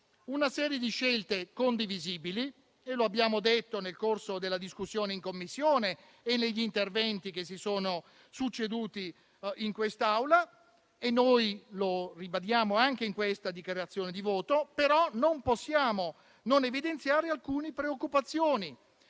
una serie di scelte condivisibili, come abbiamo detto nel corso della discussione in Commissione e negli interventi che si sono succeduti in Assemblea. Lo ribadiamo anche in questa dichiarazione di voto, ma non possiamo non evidenziare alcune preoccupazioni